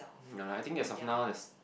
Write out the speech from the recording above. ya I think as of now there's